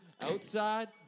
outside